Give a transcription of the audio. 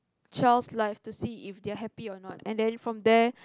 child life to see if they're happy or not and then from there